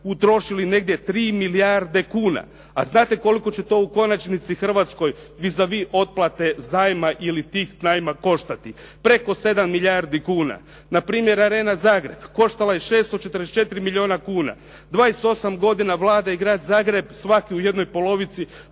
utrošili negdje 3 milijarde kuna. A znate koliko će to u konačnici Hrvatskoj vis a vis otplate zajma ili tih najma koštati? Preko 7 milijardi kuna. Na primjer, Arena Zagreb koštala je 644 milijuna kuna. 28 godina Vlada i grad Zagreb svaki u jednoj polovici